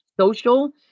social